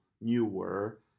newer